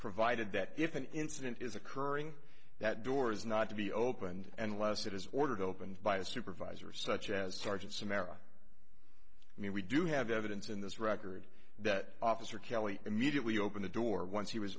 provided that if an incident is occurring that door is not to be opened unless it is ordered opened by a supervisor such as sergeants america i mean we do have evidence in this record that officer kelley immediately open the door once he was